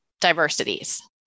diversities